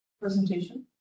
Presentation